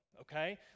okay